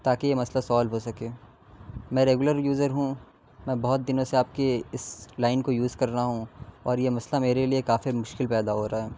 تاکہ یہ مسئلہ سالو ہو سکے میں ریگولر یوزر ہوں میں بہت دنوں سے آپ کے اس لائن کو یوز کر رہا ہوں اور یہ مسئلہ میرے لیے کافی مشکل پیدا ہو رہا ہے